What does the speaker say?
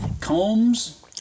Combs